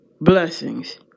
blessings